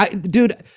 dude